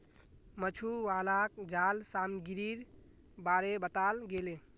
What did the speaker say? मछुवालाक जाल सामग्रीर बारे बताल गेले